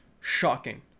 shocking